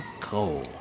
coal